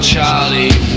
Charlie